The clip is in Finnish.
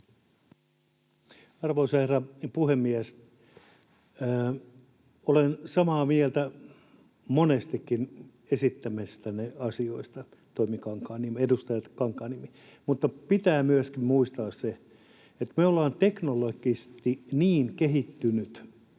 Arvoisa herra puhemies! Olen samaa mieltä monestikin esittämistänne asioista, edustaja Toimi Kankaanniemi, mutta pitää myöskin muistaa se, että me ollaan teknologisesti niin kehittynyt